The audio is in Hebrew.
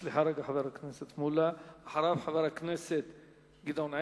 אחריו, חבר הכנסת גדעון עזרא,